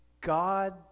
God